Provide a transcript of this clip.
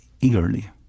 eagerly